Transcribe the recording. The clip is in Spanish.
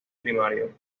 primario